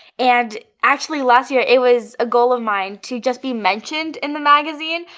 and actually last year it was a goal of mine to just be mentioned in the magazine.